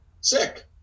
sick